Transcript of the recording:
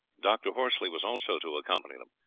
dr. horsley was also to accompany them.